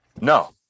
No